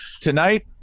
tonight –